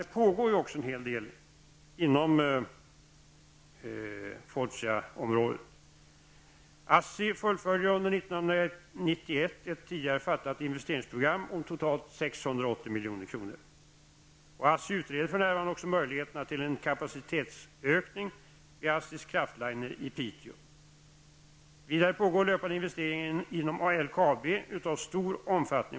Det pågår också en hel del inom Fortiaområdet som rör investeringarna inom Fortiaområdet. ASSI utreder för närvarande också möjligheterna till en kapacitetsökning vid ASSI Kraftliner i Piteå. Vidare pågår löpande investeringar inom LKAB av stor omfattning.